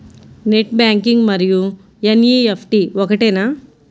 Net banking మరియు NEFT ఒకటేనా?